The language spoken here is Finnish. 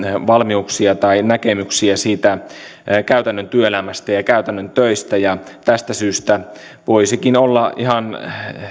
valmiuksia tai näkemyksiä käytännön työelämästä ja käytännön töistä ja tästä syystä voisikin olla ihan